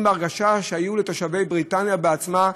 בהרגשה שהייתה לתושבי בריטניה עצמה,